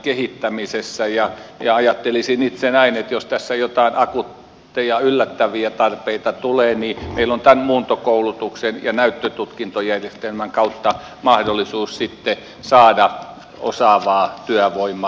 ajattelisin itse näin että jos tässä jotain akuutteja yllättäviä tarpeita tulee niin meillä on tämän muuntokoulutuksen ja näyttötutkintojärjestelmän kautta mahdollisuus sitten saada osaavaa työvoimaa